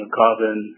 carbon